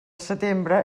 setembre